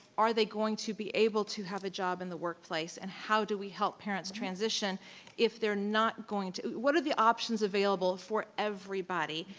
are they going to be able to have a job in the workplace and how do we help parents transition if they're not going to? what are the options available for everybody?